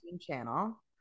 channel